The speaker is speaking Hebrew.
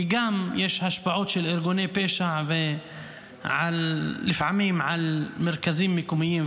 כי גם יש השפעות של ארגוני פשע לפעמים על מרכזים מקומיים.